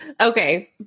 Okay